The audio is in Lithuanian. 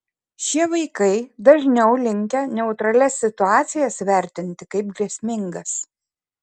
šie vaikai dažniau linkę neutralias situacijas vertinti kaip grėsmingas